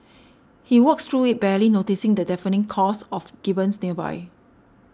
he walks through it barely noticing the deafening calls of gibbons nearby